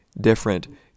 different